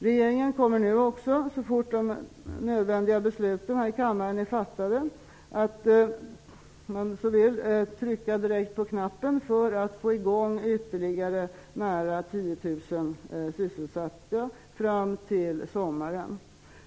Regeringen kommer också, så fort de nödvändiga besluten är fattade här i kammaren, att trycka på knappen för att få i gång sysselsättning för ytterligare nära 10 000 människor fram till sommaren.